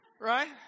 Right